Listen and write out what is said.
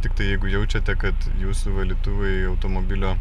tiktai jeigu jaučiate kad jūsų valytuvai automobilio